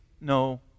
no